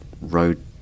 road